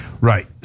Right